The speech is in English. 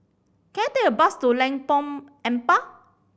can I take a bus to Lengkong Empat